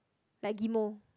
like Ghim-moh